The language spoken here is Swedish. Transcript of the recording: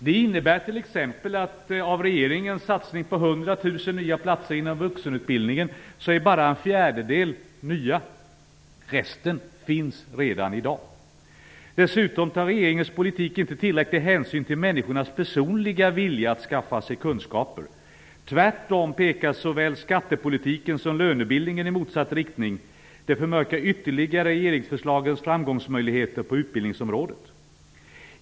Det innebär t.ex., att av regeringens satsning på 100 000 nya platser inom vuxenutbildningen är bara en fjärdedel nya. Resten finns redan i dag. Dessutom tar regeringens politik inte tillräcklig hänsyn till människornas personliga vilja att skaffa sig kunskaper. Tvärtom pekar såväl skattepolitiken som lönebildningen i motsatt riktning. Det förmörkar ytterligare regeringsförslagens framgångsmöjligheter på utbildningsområdet.